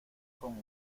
con